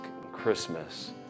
Christmas